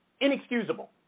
inexcusable